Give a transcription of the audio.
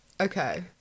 okay